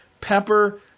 Pepper